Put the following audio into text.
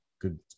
Good